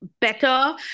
better